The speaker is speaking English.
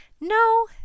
No